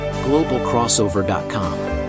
GlobalCrossover.com